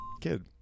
kid